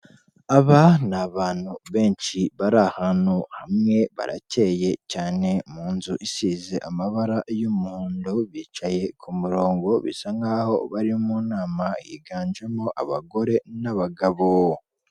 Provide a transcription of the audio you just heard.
Aba ni abantu benshi bari ahantu hamwe, barakeye cyane, mu nzu isize amabara y'umuhondo, bicaye ku murongo bisa nk'aho bari mu nama, higanjemo abagore n'abagabo.